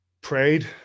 prayed